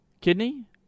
Kidney